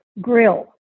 grill